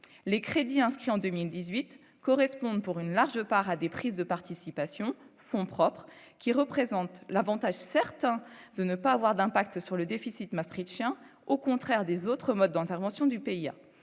les crédits inscrits en 2018 correspondent pour une large part à des prises de participation, fonds propres qui représente l'Avantage certain de ne pas avoir d'impact sur le déficit maastrichtien au contraire des autres modes d'intervention du pays